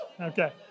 Okay